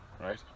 right